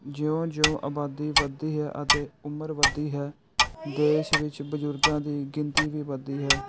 ਜਿਉਂ ਜਿਉਂ ਆਬਾਦੀ ਵਧਦੀ ਹੈ ਅਤੇ ਉਮਰ ਵੱਧਦੀ ਹੈ ਦੇਸ਼ ਵਿੱਚ ਬਜ਼ੁਰਗਾਂ ਦੀ ਗਿਣਤੀ ਵੀ ਵੱਧਦੀ ਹੈ